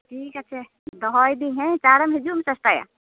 ᱴᱷᱤᱠ ᱟᱪᱷᱮ ᱫᱚᱦᱚᱭᱮᱰᱟ ᱧ ᱪᱟᱸᱲ ᱦᱤᱡᱩᱜ ᱮᱢ ᱪᱮᱥᱴᱟᱭᱟ